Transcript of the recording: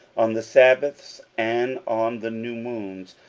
on the sabbaths, and on the new moons,